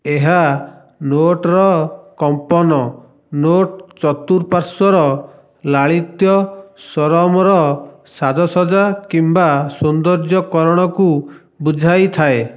ଏହା ନୋଟ୍ର କମ୍ପନ ନୋଟ୍ ଚତୁଃପାର୍ଶ୍ୱର ଲାଳିତ୍ୟ ସ୍ଵରମ୍ର ସାଜସଜ୍ଜା କିମ୍ବା ସୌନ୍ଦର୍ଯ୍ୟକରଣକୁ ବୁଝାଇଥାଏ